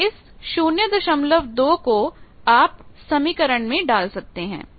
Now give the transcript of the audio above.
तो इस 02 को आप समीकरण में डाल सकते हैं